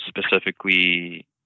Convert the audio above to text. specifically